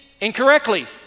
incorrectly